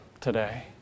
Today